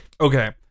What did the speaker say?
Okay